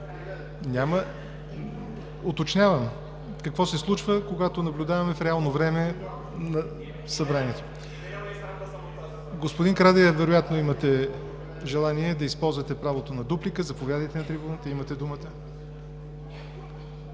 Уточнявам какво се случва, когато наблюдаваме в реално време Събранието. Господин Карадайъ, вероятно имате желание да използвате правото на дуплика. Заповядайте на трибуната.